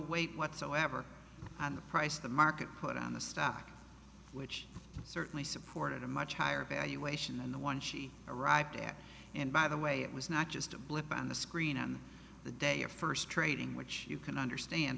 weight whatsoever on the price the market put on the stock which certainly supported a much higher valuation than the one she arrived at and by the way it was not just a blip on the screen on the day of first trading which you can understand